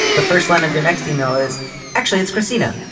the first line of your next e-mail is actually it's christina.